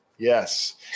Yes